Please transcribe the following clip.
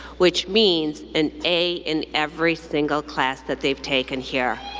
which means an a in every single class that they've taken here.